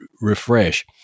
refresh